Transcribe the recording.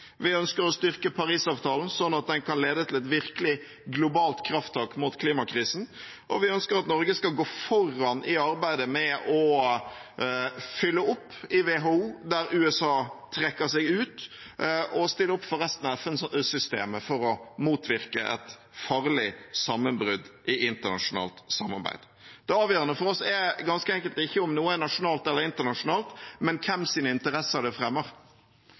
Vi ønsker å styrke Parisavtalen, sånn at den kan lede til et virkelig globalt krafttak mot klimakrisen. Og vi ønsker at Norge skal gå foran i arbeidet med å fylle opp i WHO der USA trekker seg ut, og stille opp for resten av FN-systemet for å motvirke et farlig sammenbrudd i internasjonalt samarbeid. Det avgjørende for oss er ganske enkelt ikke om noe er nasjonalt eller internasjonalt, men hvem sine interesser det fremmer.